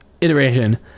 iteration